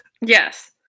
yes